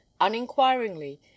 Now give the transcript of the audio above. uninquiringly